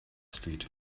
street